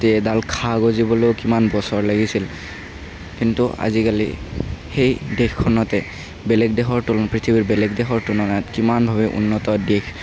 তাতে এডাল ঘাঁহ গজিবলৈও কিমান বছৰ লাগিছিল কিন্তু আজিকালি সেই দেশখনতে বেলেগ দেশৰ তুল পৃথিৱীৰ বেলেগ দেশৰ তুলনাত কিমানভাৱে উন্নত দেশ